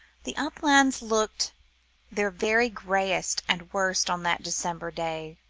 the uplands looked their very greyest and worst on that december day.